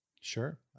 Sure